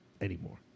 anymore